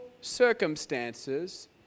circumstances